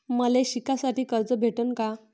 मले शिकासाठी कर्ज भेटन का?